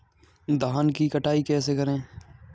धान की कटाई कैसे करें?